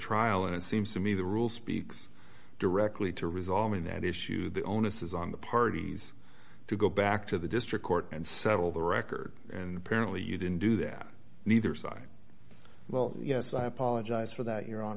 trial and it seems to me the rule speaks directly to resolving that issue the onus is on the parties to go back to the district court and settle the record and apparently you didn't do that neither side well yes i apologize for that your hon